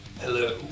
Hello